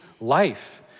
life